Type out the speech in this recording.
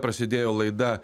prasidėjo laida